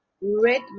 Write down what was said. Red